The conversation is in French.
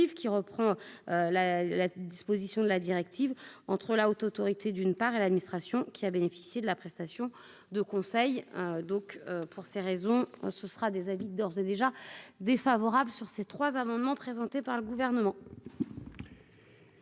qui reprend la la disposition de la directive entre la Haute autorité, d'une part et l'administration qui a bénéficié de la prestation de conseil donc pour ces raisons, ce sera des habits d'ores et déjà défavorable sur ces trois amendements présentés par le gouvernement.